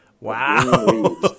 Wow